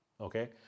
okay